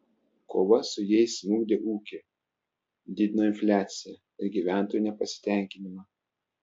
kova su jais smukdė ūkį didino infliaciją ir gyventojų nepasitenkinimą